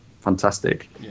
fantastic